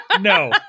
no